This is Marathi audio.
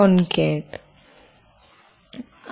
concat buffer